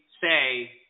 say